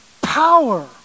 power